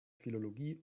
philologie